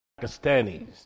Pakistanis